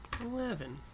Eleven